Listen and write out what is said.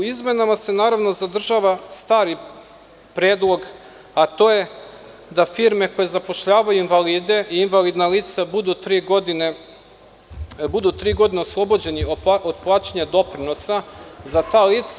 U izmenama se naravno zadržava stari predlog, a to je da firme koje zapošljavaju invalide i invalidna lica budu tri godine oslobođeni od plaćanja doprinosa za ta lica.